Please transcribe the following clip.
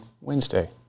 Wednesday